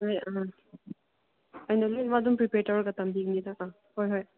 ꯍꯣꯏ ꯑꯩꯅ ꯂꯣꯏꯅꯃꯛ ꯑꯗꯨꯝ ꯄ꯭ꯔꯤꯄꯦꯌꯔ ꯇꯧꯔꯒ ꯊꯝꯕꯤꯅꯤꯗ ꯍꯣꯏ ꯍꯣꯏ